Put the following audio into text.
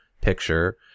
picture